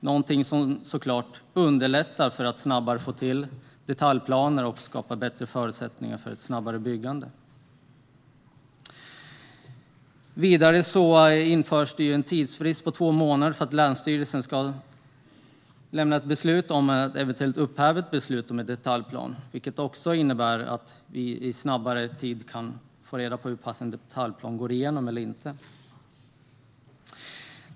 Det här är något som såklart underlättar för att snabbare få fram detaljplaner och skapar förutsättningar för ett snabbare byggande. Vidare införs en tidsfrist på två månader för länsstyrelserna att eventuellt upphäva ett beslut om en detaljplan, vilket innebär att man snabbare kan få reda på om en detaljplan gått igenom eller inte.